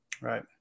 Right